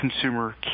consumer